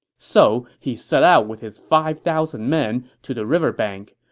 so he set out with his five thousand men to the riverbank.